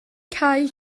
cau